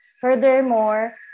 Furthermore